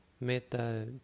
Meta